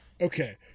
Okay